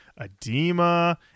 Edema